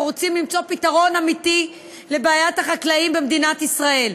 אנחנו רוצים למצוא פתרון אמיתי לבעיית החקלאים במדינת ישראל,